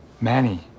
Manny